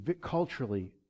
culturally